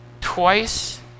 twice